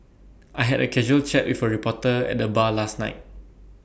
I had A casual chat with A reporter at the bar last night